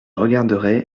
regarderai